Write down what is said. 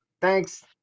thanks